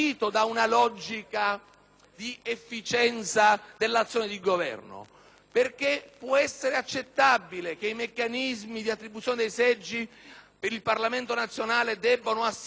Governo: può essere accettabile che i meccanismi di attribuzione dei seggi per il Parlamento nazionale debbano assicurare stabilità alla maggioranza e garanzia al Governo,